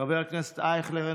חבר הכנסת אייכלר,